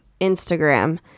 instagram